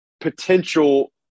potential